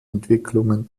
entwicklungen